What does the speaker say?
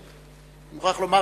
אני מוכרח לומר,